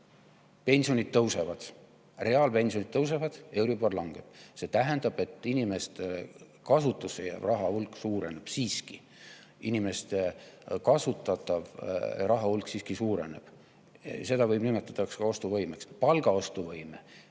pensionid tõusevad. Reaalpensionid tõusevad, euribor langeb. See tähendab, et inimeste kasutusse jääv rahahulk siiski suureneb. Inimeste kasutatav rahahulk suureneb – seda võib nimetada ka ostuvõimeks. Palga ostuvõime